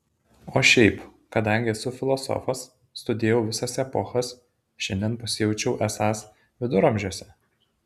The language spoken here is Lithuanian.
o šiaip kadangi esu filosofas studijavau visas epochas šiandien pasijaučiau esąs viduramžiuose